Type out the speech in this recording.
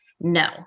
no